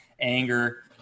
anger